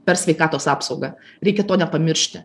per sveikatos apsaugą reikia to nepamiršti